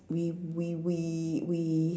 we we we we